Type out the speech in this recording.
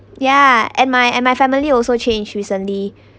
yeah and my and my family also change recently